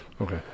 Okay